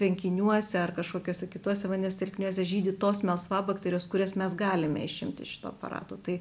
tvenkiniuose ar kažkokiuose kituose vandens telkiniuose žydi tos melsvabakterės kurias mes galime išimti šituo aparatu tai